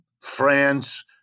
France